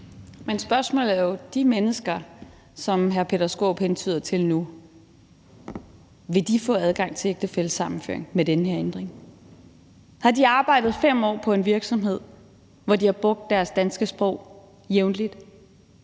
Men spørgsmålet er jo, om de mennesker, som hr. Peter Skaarup hentyder til nu, vil få adgang til ægtefællesammenføring med den her ændring. Har de arbejdet 5 år på en virksomhed, hvor de jævnligt har brugt deres danske sprog?